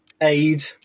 aid